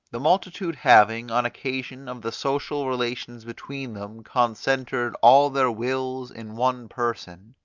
the multitude having, on occasion of the social relations between them, concentered all their wills in one person,